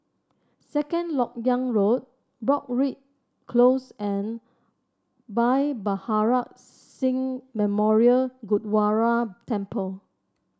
Second LoK Yang Road Broadrick Close and Bhai Maharaj Singh Memorial Gurdwara Temple